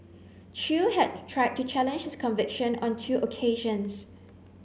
Chew had tried to challenge his conviction on two occasions